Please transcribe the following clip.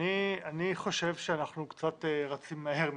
אני חושב שאנחנו קצת רצים מהר מדי.